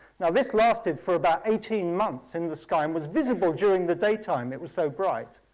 this lasted for about eighteen months in the sky and was visible during the daytime it was so bright,